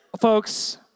Folks